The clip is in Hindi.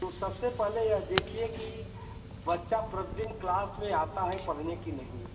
तो सबसे पहले यह देखिए कि बच्चा प्रतिदिन क्लास में आता है पढ़ने कि नहीं